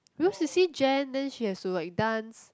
because you see Jan then she has to like dance